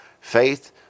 faith